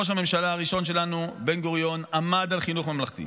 ראש הממשלה הראשון שלנו בן-גוריון עמד על חינוך ממלכתי.